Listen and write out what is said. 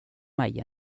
mig